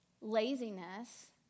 Laziness